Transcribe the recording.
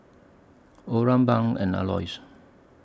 Oran Bunk and Aloys